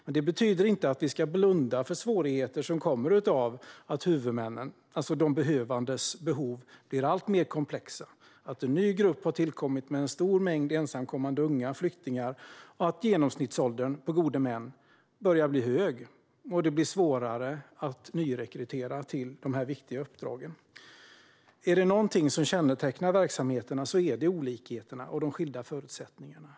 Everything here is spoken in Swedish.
Det betyder dock inte att vi ska blunda för de svårigheter som kommer av att behoven hos huvudmännen - alltså de behövande - blir alltmer komplexa, att en ny grupp har tillkommit med en stor mängd ensamkommande unga flyktingar samt att genomsnittsåldern på gode män börjar bli hög och att det blir svårare att nyrekrytera till dessa viktiga uppdrag. Om det är någonting som kännetecknar verksamheterna är det olikheterna och de skilda förutsättningarna.